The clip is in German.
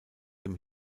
dem